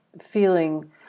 feeling